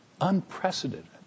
Unprecedented